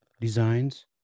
Designs